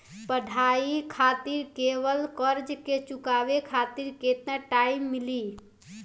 पढ़ाई खातिर लेवल कर्जा के चुकावे खातिर केतना टाइम मिली?